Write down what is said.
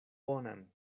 bonan